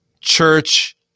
church